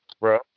bro